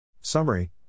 Summary